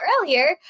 earlier